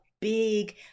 big